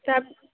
তা